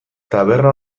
taberna